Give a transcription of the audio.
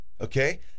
okay